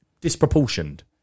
disproportioned